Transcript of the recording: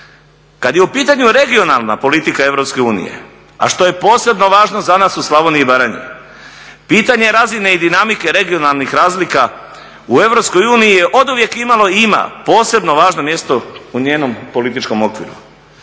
Kad je u pitanje regionalna politika EU a što je posebno važno za nas u Slavoniji i Baranje, pitanje razine i dinamike regionalnih razlika u EU je oduvijek imalo i ima posebno važno mjesto u njenom političkom okviru.